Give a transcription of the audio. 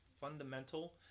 fundamental